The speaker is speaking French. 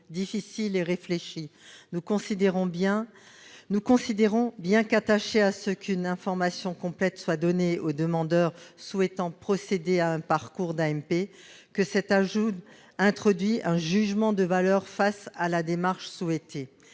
difficile et réfléchi. Nous considérons, bien qu'attachés à ce qu'une information complète soit donnée au demandeur souhaitant procéder à un parcours d'AMP, que cet ajout introduit un jugement de valeur face à la démarche souhaitée.